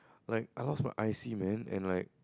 like I lost my I_C man and like